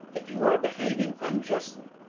that you are behaving unjustly.